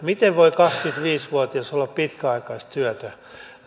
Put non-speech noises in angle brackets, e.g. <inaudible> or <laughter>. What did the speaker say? <unintelligible> miten voi kaksikymmentäviisi vuotias olla pitkäaikaistyötön